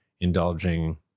indulging